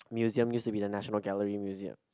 museum used to be the National Gallery museum